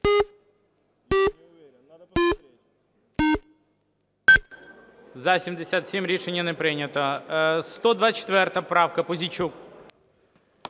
За-87 Рішення не прийнято.